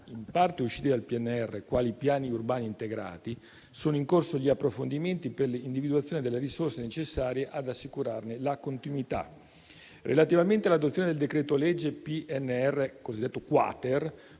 in parte usciti dal PNRR, quali i piani urbani integrati, sono in corso gli approfondimenti per l'individuazione delle risorse necessarie ad assicurarne la continuità. Relativamente all'adozione del decreto-legge PNRR cosiddetto